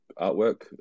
artwork